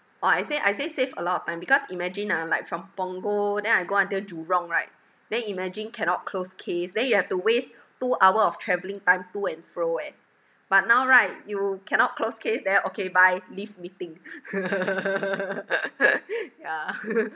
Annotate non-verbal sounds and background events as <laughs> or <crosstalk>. oh I say I say save a lot of time because imagine ah like from punggol then I go until jurong right then imagine cannot close case then you have to waste two hour of travelling time to and fro eh but now right you cannot close case then okay bye leave meeting <laughs> yeah